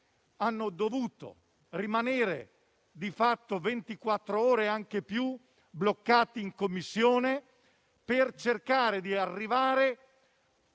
hanno dovuto rimanere ventiquattro ore, anche di più, bloccati in Commissione per cercare di arrivare